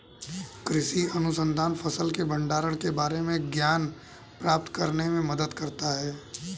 कृषि अनुसंधान फसल के भंडारण के बारे में ज्ञान प्राप्त करने में मदद करता है